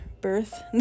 birth